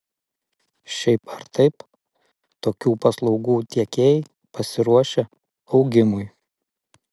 šiaip ar taip tokių paslaugų tiekėjai pasiruošę augimui